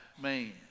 man